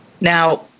Now